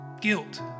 guilt